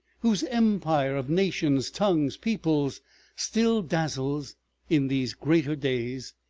whose empire of nations, tongues, peoples still dazzles in these greater days,